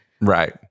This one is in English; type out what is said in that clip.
right